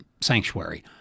sanctuary